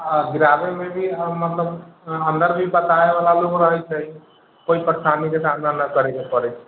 आ गिराबयमे भी हम मतलब अन्दर भी बताबयवला लोक रहैत छै कोइ परेशानीके सामना ना करयके पड़त